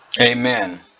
Amen